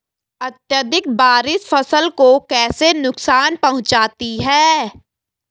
अत्यधिक बारिश फसल को कैसे नुकसान पहुंचाती है?